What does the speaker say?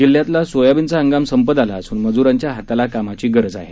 जिल्ह्यातला सोयाबीनचा इंगाम संपत आला असून मजुरांच्या हाताला कामांची गरज आहे